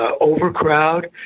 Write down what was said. overcrowd